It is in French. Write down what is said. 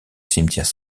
cimetière